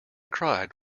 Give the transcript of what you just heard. cried